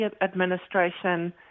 administration